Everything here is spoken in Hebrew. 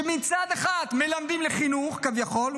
שמצד אחד מלמדים לחינוך כביכול,